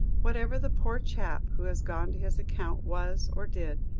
whatever the poor chap who has gone to his account was or did,